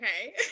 Okay